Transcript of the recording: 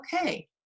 okay